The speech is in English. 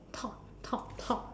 talk talk talk